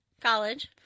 college